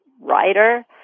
writer